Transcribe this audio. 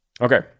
Okay